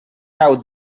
out